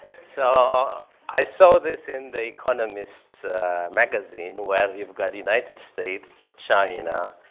so i saw this in the economist magazine where you've got united states, china,